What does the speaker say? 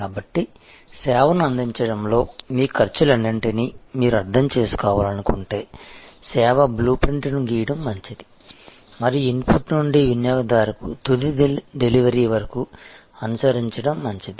కాబట్టి సేవను అందించడంలో మీ ఖర్చులన్నింటినీ మీరు అర్థం చేసుకోవాలనుకుంటే సేవ బ్లూ ప్రింట్ని గీయడం మంచిది మరియు ఇన్పుట్ నుండి వినియోగదారుకు తుది డెలివరీ వరకు అనుసరించడం మంచిది